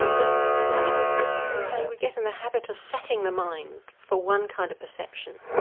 but guess that's relevant, because you can say we get in the habit of setting the mind for one kind of perception,